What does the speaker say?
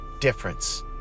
difference